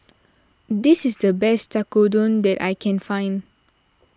this is the best Tekkadon that I can find